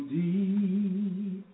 deep